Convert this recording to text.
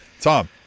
Tom